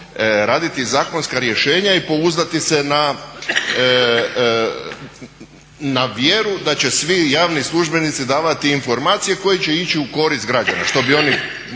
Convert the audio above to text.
raditi zakonska rješenja i pouzdati se na vjeru da će svi javni službenici davati informacije koje će ići u korist građana što bi oni